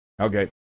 Okay